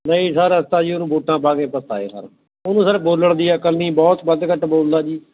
ਨਹੀਂ ਸਰ ਅਸੀਂ ਤਾਂ ਜੀ ਉਹਨੂੰ ਵੋਟਾਂ ਪਾ ਕੇ ਪਛਤਾਏ ਸਰ ਉਹਨੂੰ ਸਰ ਬੋਲਣ ਦੀ ਅਕਲ ਨਹੀਂ ਬਹੁਤ ਵੱਧ ਘੱਟ ਬੋਲਦਾ ਜੀ